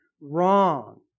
wrong